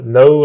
no